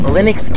Linux